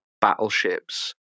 battleships